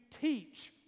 teach